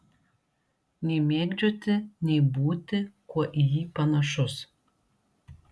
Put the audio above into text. nei mėgdžioti nei būti kuo į jį panašus